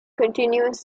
continuous